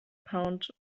pound